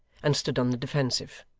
and stood on the defensive.